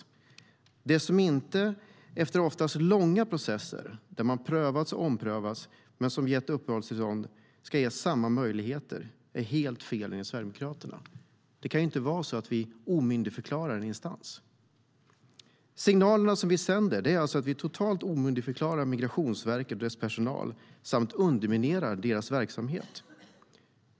Att de som inte, efter oftast långa processer där man har prövats och omprövats, har getts uppehållstillstånd ska ges samma möjligheter är helt fel, enligt Sverigedemokraterna. Det kan inte vara så att vi omyndigförklarar en instans. Signalerna som vi sänder är att vi totalt omyndigförklarar Migrationsverket och dess personal samt underminerar deras verksamhet.